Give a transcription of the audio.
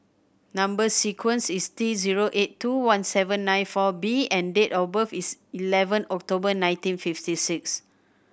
number sequence is T zero eight two one seven nine four B and date of birth is eleven October nineteen fifty six